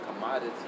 commodities